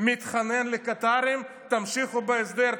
מתחנן לקטארים: תמשיכו בהסדר,